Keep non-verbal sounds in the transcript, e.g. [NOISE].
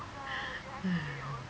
[NOISE]